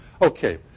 Okay